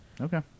Okay